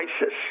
ISIS